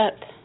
up